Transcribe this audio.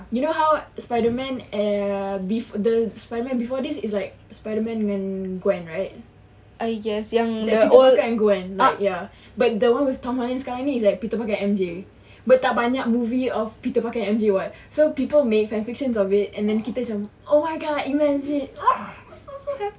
you know how spiderman uh bef~ uh spiderman before this is like spiderman when gwen right macam peter parker and gwen right like ya but the one with tom holland sekarang ni is like peter parker and M_J but tak banyak movie of peter parker and M_J [what] so people make fan fiction of it then kita macam oh my god imagine ah so happy